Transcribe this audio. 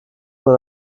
man